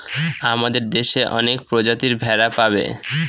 আমাদের দেশে অনেক প্রজাতির ভেড়া পাবে